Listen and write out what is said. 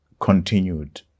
continued